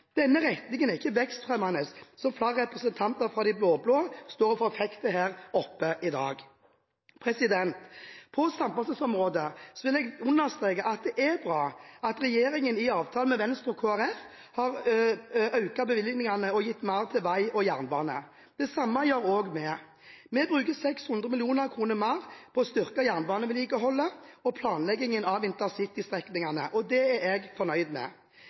Denne retningen er ikke vekstfremmende – som flere representanter fra de blå-blå forfekter her i dag. På samferdselsområdet vil jeg understreke at det er bra at regjeringen i avtalen med Venstre og Kristelig Folkeparti har økt bevilgningene og gitt mer til vei og jernbane. Det samme gjør vi. Vi bruker 600 mill. kr mer på å styrke jernbanevedlikeholdet og planleggingen av intercity-strekningene, og det er jeg fornøyd med.